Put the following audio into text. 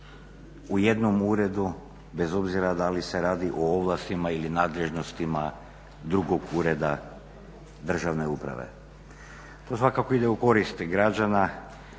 u jednom uredu bez obzira da li se radi o ovlastima ili nadležnostima drugog ureda državne uprave. To svakako ide u korist građana